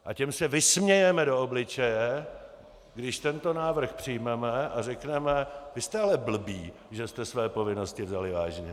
A těm se vysmějeme do obličeje, když tento návrh přijmeme a řekneme: Vy jste ale blbí, že jste své povinnosti vzali vážně.